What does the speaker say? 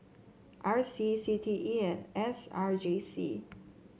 R C C T E and S R J C